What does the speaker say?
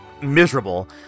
miserable